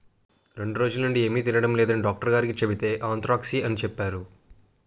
రెండ్రోజులనుండీ ఏమి తినడం లేదని డాక్టరుగారికి సెబితే ఆంత్రాక్స్ అని సెప్పేరు